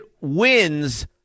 wins